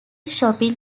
shopping